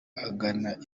agana